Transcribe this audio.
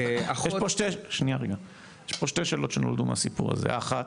האחת,